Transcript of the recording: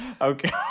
okay